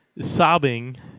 sobbing